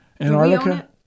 Antarctica